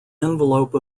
envelope